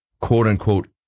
quote-unquote